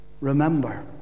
remember